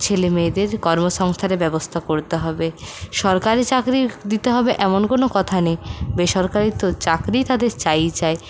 ছেলে মেয়েদের কর্মসংস্থানের ব্যবস্থা করতে হবে সরকারি চাকরি দিতে হবে এমন কোনও কথা নেই বেসরকারি তো চাকরি তাদের চাইই চাই